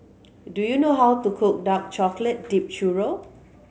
do you know how to cook dark chocolate dipped churro